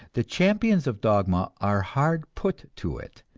the champions of dogma are hard put to it,